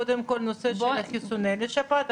קודם כל הנושא של חיסונים לשפעת,